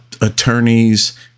attorneys